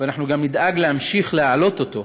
ואנחנו גם נדאג להמשיך להעלות אותו,